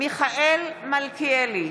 מיכאל מלכיאלי,